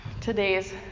Today's